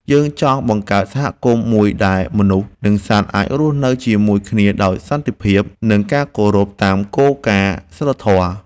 យើងចង់បង្កើតសហគមន៍មួយដែលមនុស្ស និងសត្វអាចរស់នៅជាមួយគ្នាដោយសន្តិភាព និងការគោរពតាមគោលការណ៍សីលធម៌។